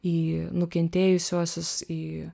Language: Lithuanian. į nukentėjusiuosius į